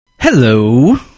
Hello